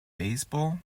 baseball